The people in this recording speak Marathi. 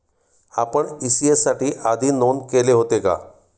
आपण इ.सी.एस साठी आधी नोंद केले होते का?